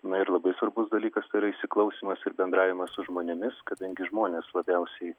na ir labai svarbus dalykas tai yra įsiklausymas ir bendravimas su žmonėmis kadangi žmonės labiausiai